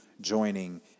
joining